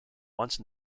once